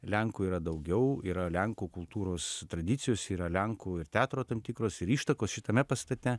lenkų yra daugiau yra lenkų kultūros tradicijos yra lenkų ir teatro tam tikros ir ištakos šitame pastate